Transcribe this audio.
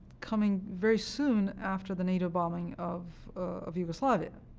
coming very soon after the nato bombing of of yugoslavia,